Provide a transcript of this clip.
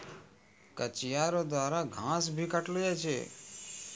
कचिया रो द्वारा घास भी काटलो जाय छै